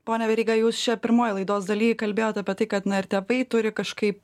pone veryga jūs čia pirmoj laidos daly kalbėjot apie tai kad na ir tėvai turi kažkaip